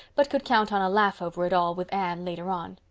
but could count on a laugh over it all with anne later on.